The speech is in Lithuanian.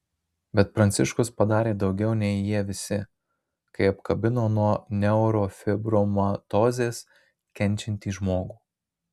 bet pranciškus padarė daugiau nei jie visi kai apkabino nuo neurofibromatozės kenčiantį žmogų